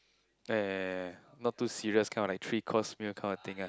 eh not too serious kind of like three course meal kind of thing ah